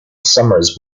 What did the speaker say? summers